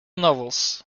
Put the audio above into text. novels